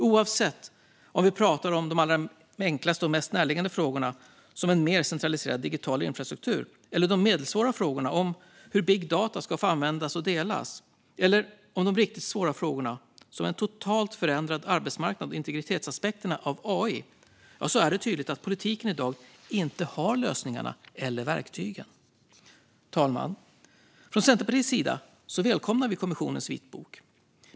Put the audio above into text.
Oavsett om vi pratar om de allra enklaste och mest närliggande frågorna, som en mer centraliserad digital infrastruktur, de medelsvåra frågorna om hur big data ska få användas och delas eller om de riktigt svåra frågorna, som en totalt förändrad arbetsmarknad och integritetsaspekter av AI, är det tydligt att politiken i dag inte har lösningarna eller verktygen. Herr talman! Från Centerpartiets sida välkomnar vi kommissionens vitbok.